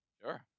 Sure